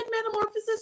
Metamorphosis